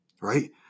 right